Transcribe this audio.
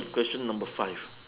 question number five